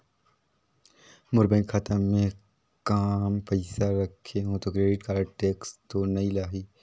मोर bank खाता मे काम पइसा रखे हो तो क्रेडिट कारड टेक्स तो नइ लाही???